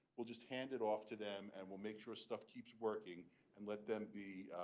we'll just hand it off to them. and we'll make sure stuff keeps working and let them be,